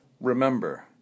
Remember